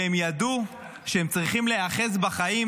והם ידעו שהם צריכים להיאחז בחיים